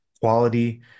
quality